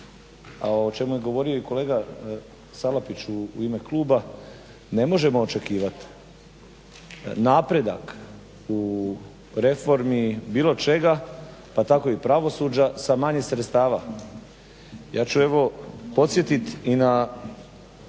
a o čemu je govorio i kolega Salapić u ime kluba, ne možemo očekivat napredak u reformi bio čega pa tako i pravosuđa, sa manje sredstava. Ja ću evo podsjetit i na